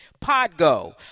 Podgo